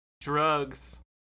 drugs